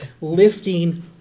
lifting